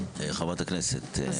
חברת הכנסת עטייה.